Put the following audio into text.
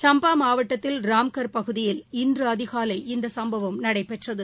சம்பாமாவட்டத்தின் ராம்கார் பகுதியில் இன்றுஅதிகாலை இந்தசம்பவம் நடந்தது